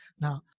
now